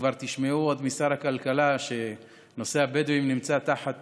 ותשמעו עוד משר הכלכלה שנושא הבדואים נמצא תחת